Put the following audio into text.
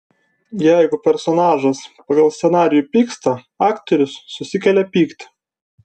jeigu personažas pagal scenarijų pyksta aktorius susikelia pyktį